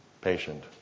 patient